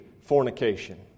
fornication